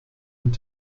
und